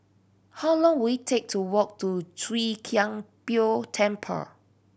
how long will it take to walk to Chwee Kang Beo Temple